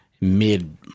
mid